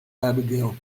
abigail